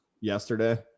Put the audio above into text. yesterday